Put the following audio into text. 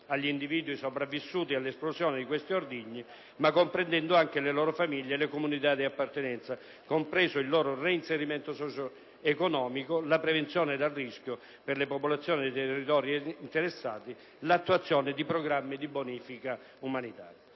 agli individui sopravvissuti all'esplosione di questi ordigni, ma comprendendo anche le loro famiglie e le comunità di appartenenza, compreso il loro reinserimento socioeconomico, la prevenzione dal rischio per le popolazioni dei territori interessati, l'attuazione di programmi di bonifica umanitaria.